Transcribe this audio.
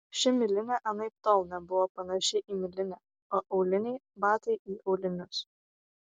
ši milinė anaiptol nebuvo panaši į milinę o auliniai batai į aulinius